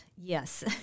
yes